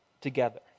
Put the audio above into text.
together